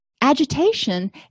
Agitation